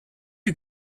you